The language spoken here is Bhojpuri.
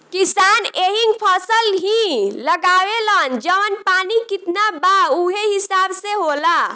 किसान एहींग फसल ही लगावेलन जवन पानी कितना बा उहे हिसाब से होला